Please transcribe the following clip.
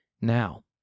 Now